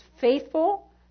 faithful